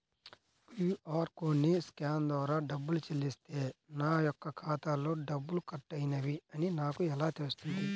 QR కోడ్ని scan ద్వారా డబ్బులు చెల్లిస్తే నా యొక్క ఖాతాలో డబ్బులు కట్ అయినవి అని నాకు ఎలా తెలుస్తుంది?